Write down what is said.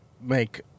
make